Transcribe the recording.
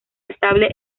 estable